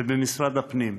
במשרד הפנים.